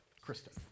Kristen